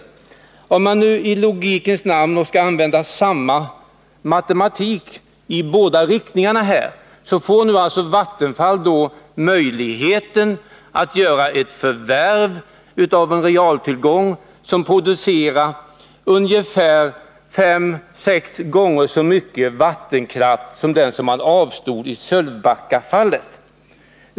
Om man nu i logikens namn skall använda samma matematik i båda riktningarna, får alltså Vattenfall nu möjlighet att göra ett förvärv av en realtillgång som producerar ungefär fem sex gånger så mycket vattenkraft som den man avstod vid bytet med Sölvbacka.